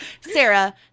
Sarah